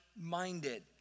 minded